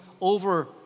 over